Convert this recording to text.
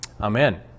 Amen